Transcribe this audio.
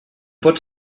pot